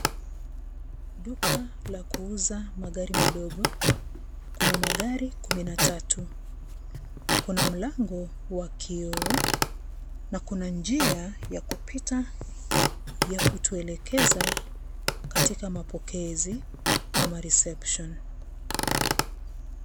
Duka la kuuza magari madogo, kuna magari kumi na tatu, kuna mlango wa kioo na kuna njia ya kupita ya kutuelekeza katika mapokezi ama reception .